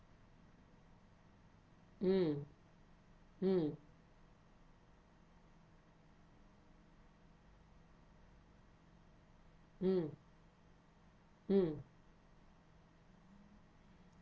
mm mm mm mm